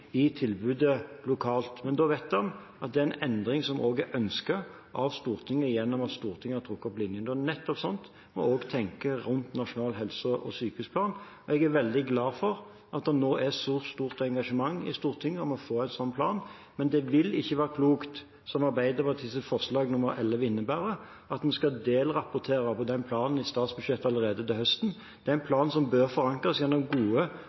i tilbudet lokalt. Men da vet en at det er en endring som også er ønsket av Stortinget, ved at Stortinget har trukket opp linjene. Nettopp slik må en også tenke rundt nasjonal helse- og sykehusplan. Jeg er veldig glad for at det er et så stort engasjement i Stortinget for å få en slik plan, men det vil ikke være klokt, som Arbeiderpartiets forslag nr. 11 innebærer, at en skal delrapportere på den planen i statsbudsjettet allerede til høsten. Det er en plan som bør forankres gjennom gode